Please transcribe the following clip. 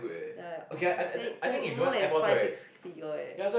ya oh then then more than five six figure eh